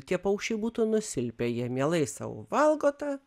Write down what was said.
tie paukščiai būtų nusilpę jie mielai sau valgo tą